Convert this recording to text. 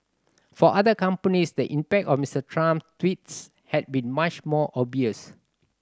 for other companies the impact of Mister Trump tweets has been much more obvious